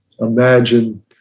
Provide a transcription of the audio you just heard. imagine